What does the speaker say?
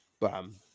bam